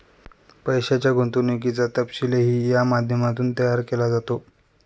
पैशाच्या गुंतवणुकीचा तपशीलही या माध्यमातून तयार केला जातो